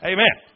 Amen